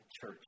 church